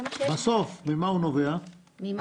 זה היה